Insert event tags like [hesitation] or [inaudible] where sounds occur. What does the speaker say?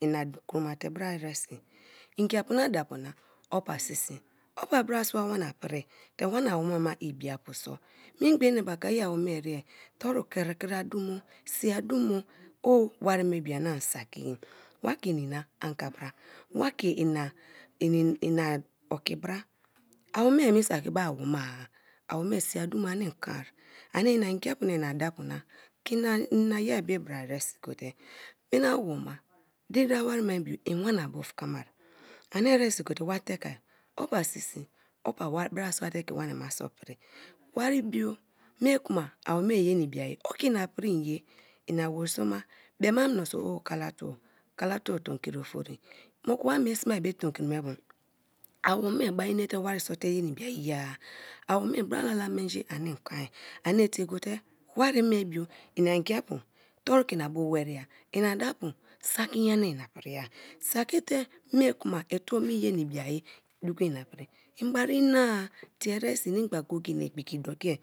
ina kro mate bra eresi ngiapu na daapuna o pasisi o pa brasua wana pri te wa na wome ma ibia puso, memgba eneba kai awome ere torie kri kri a dumo sii dumoo wari me bio ani saki ye wa wake inina angle bra wa keina [hesitation] oki bra. Awome me saki bari awome-e awome sii dumo ani kon a ani inangipuna ina daapu na ke ina ye be bra eresi gote mina woma diri dawo wari be bio en wana bufakme ani eresi gote wa te kea opasisi opa [unintelligible] brasu te ke mina ma so pri wari bio mie kuma awome ye n a ibiai oki na pri en ye ina wosoma be ma minso o kala tuo, kalatuo tomkri ofri moku wa mie sme tomkri me bu awome bari inete wari sonte yena ibia ye a awome bra lala menji ani kon ani tie gote wara be bo inaagia pu toru ke inabu wari a ina daapu saki nyana a ina prii saki te me kuma ituo me iye na i bua duko ina prii bari ine-a tie eresi ini gha go-go yeen igbiki do kiar.